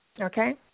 Okay